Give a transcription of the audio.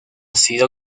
sido